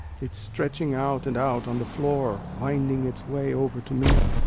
it's stretching out and out on the floor, winding its way over to me.